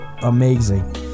amazing